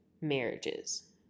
marriages